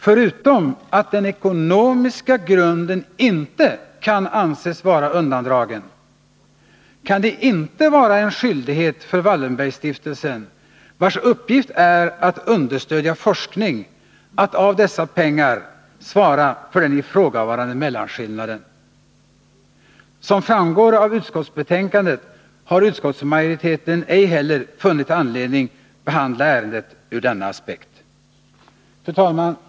Förutom att den ekonomiska grunden inte kan anses vara undandragen, kan det inte vara en skyldighet för Wallenbergstiftelsen, vars uppgift är att understödja forskning, att av dessa pengar svara för den ifrågavarande mellanskillnaden. Som framgår av utskottsbetänkandet har utskottsmajoriteten ej heller funnit anledning behandla ärendet ur denna aspekt. Fru talman!